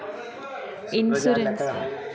Insurance ఏ విధంగా claim సేయాలి?